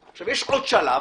יש עוד שלב,